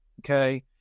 Okay